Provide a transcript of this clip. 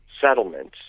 settlements